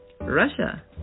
Russia